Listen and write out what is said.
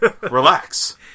Relax